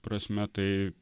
prasme tai